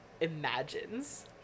imagines